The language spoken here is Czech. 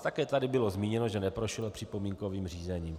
Také tady bylo zmíněno, že to neprošlo připomínkovým řízením.